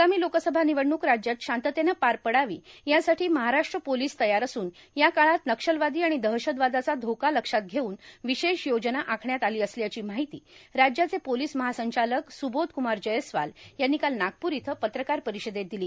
आगामी लोकसभा निवडणुक राज्यात शांततेनं पार पडावी यासाठी महाराष्ट्र पोलीस तयार असून या काळात नक्षलवादी आणि दहशतवादाचा धोका लक्षात घेऊन विशेष योजना आखण्यात आली असल्याची माहिती राज्याचे पोलीस महासंचालक सुबोधकुमार जयस्वाल यांनी काल नागपूर इथं पत्रकार परिषदेत दिली